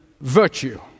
virtue